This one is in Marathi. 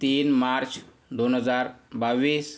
तीन मार्च दोन हजार बावीस